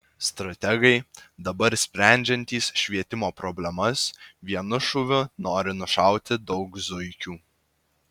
strategai dabar sprendžiantys švietimo problemas vienu šūviu nori nušauti daug zuikių